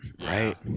right